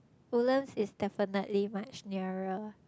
Woodlands is definitely much nearer